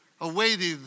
Awaiting